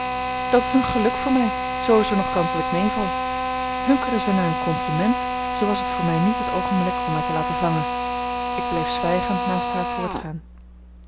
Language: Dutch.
dat is een geluk voor mij zoo is er nog kans dat ik meeval hunkerde zij naar een compliment zoo was het voor mij niet het oogenblik om mij te laten vangen ik bleef zwijgend naast haar voortgaan